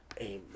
Amen